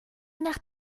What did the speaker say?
nach